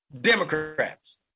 Democrats